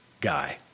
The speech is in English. guy